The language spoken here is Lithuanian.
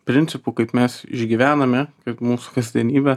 principų kaip mes išgyvename kad mūsų kasdienybė